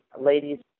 ladies